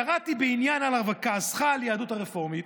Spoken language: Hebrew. קראתי בעניין רב על כעסך על היהדות הרפורמית,